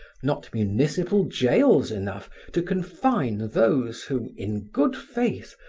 not municipal jails enough to confine those who, in good faith,